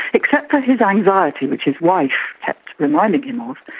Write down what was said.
except for his anxiety, which his wife kept reminding him of,